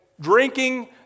drinking